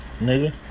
nigga